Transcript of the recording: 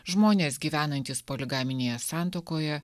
žmonės gyvenantys poligaminėje santuokoje